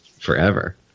forever